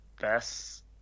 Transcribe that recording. best